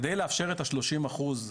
על מנת לאפשר את השלושים אחוז,